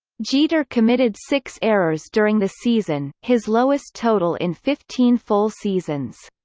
jeter committed six errors during the season, his lowest total in fifteen full seasons.